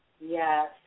Yes